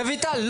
רויטל, רויטל.